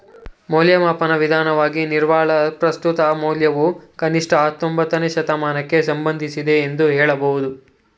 ಮೌಲ್ಯಮಾಪನ ವಿಧಾನವಾಗಿ ನಿವ್ವಳ ಪ್ರಸ್ತುತ ಮೌಲ್ಯವು ಕನಿಷ್ಠ ಹತ್ತೊಂಬತ್ತನೇ ಶತಮಾನದಕ್ಕೆ ಸಂಬಂಧಿಸಿದೆ ಎಂದು ಹೇಳಬಹುದು